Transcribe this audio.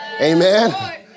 Amen